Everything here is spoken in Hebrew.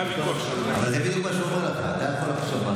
אז זה בדיוק מה שהוא אומר לך: אתה יכול לחשוב משהו,